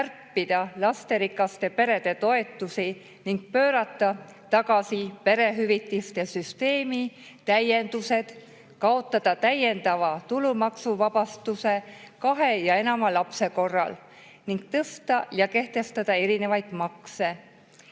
kärpida lasterikaste perede toetusi ning pöörata tagasi perehüvitiste süsteemi täiendused, kaotada täiendava tulumaksuvabastuse kahe ja enama lapse korral ning tõsta ja kehtestada erinevaid makse.